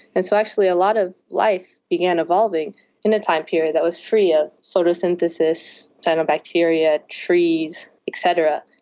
and so actually a lot of life began evolving in a time period that was free of photosynthesis, cyanobacteria, trees, et cetera,